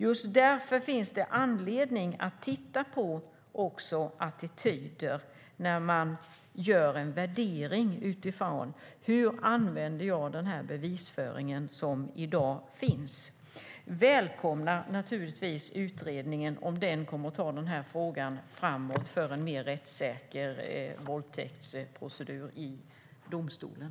Just därför finns det anledning att också titta på attityder när man gör en värdering av hur man använder sig av den bevisföring som i dag finns. Jag välkomnar naturligtvis utredningen, om den kommer att föra denna fråga framåt för en mer rättssäker våldtäktsprocess i domstolen.